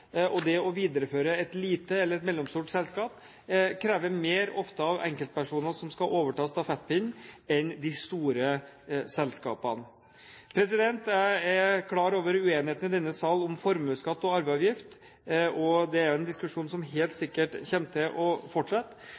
og det å videreføre et lite eller et mellomstort selskap krever ofte mer av enkeltpersoner som skal overta stafettpinnen, enn når det gjelder de store selskapene. Jeg er klar over uenigheten i denne sal om formuesskatt og arveavgift. Det er en diskusjon som helt sikkert kommer til å fortsette.